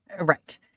right